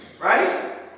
right